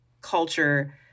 culture